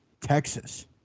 Texas